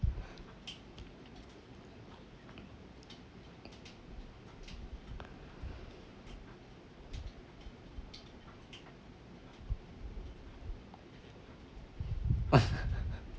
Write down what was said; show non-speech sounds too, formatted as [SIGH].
[LAUGHS]